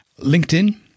LinkedIn